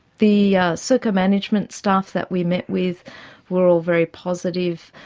the serco management staff that we met with were all very positive.